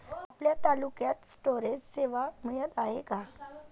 आपल्या तालुक्यात स्टोरेज सेवा मिळत हाये का?